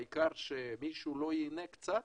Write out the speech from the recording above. העיקר שמישהו לא ייהנה קצת,